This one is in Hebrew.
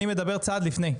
אני מדבר על צעד לפני,